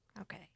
Okay